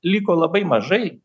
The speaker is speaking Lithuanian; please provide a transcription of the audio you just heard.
liko labai mažai